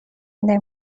نمی